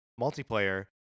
multiplayer